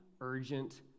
urgent